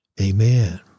Amen